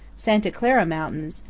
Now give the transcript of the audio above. santa clara mountains,